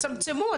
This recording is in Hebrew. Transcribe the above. תצמצמו,